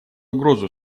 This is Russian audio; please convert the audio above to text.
угрозу